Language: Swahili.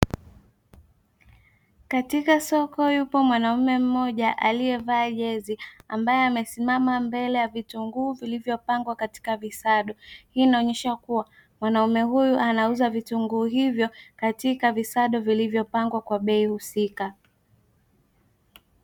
Katika soko yupo mwanamume mmoja aliyevaa jezi ambaye amesimama mbele ya vitunguu vilivyopangwa katika visado, hii inaonyesha kuwa wanaume huyu anauza vitunguu hivyo katika visando vilivyopangwa kwa bei husika.